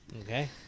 Okay